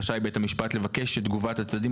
רשאי בית המשפט לבקש את תגובת הצדדים